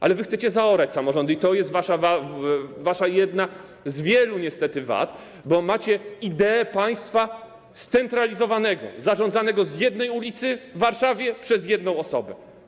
Ale wy chcecie zaorać samorządy i to jest niestety jedna z wielu waszych wad, bo macie ideę państwa scentralizowanego, zarządzanego z jednej ulicy w Warszawie przez jedną osobę.